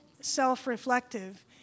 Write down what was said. self-reflective